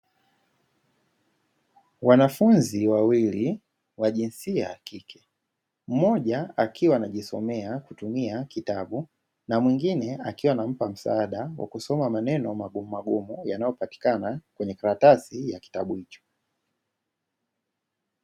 Wanafunzi wawili wa jinsia ya kike, mmoja akiwa anajisomea kutumia kitabu na mwingine, akiwa anampa msaada wa kusoma maneno magumu magumu yanayopatikana kwenye karatasi ya kitabu hicho.